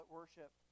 worship